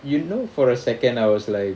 you know for a second I was like